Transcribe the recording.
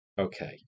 Okay